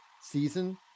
season